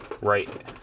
right